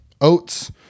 Oats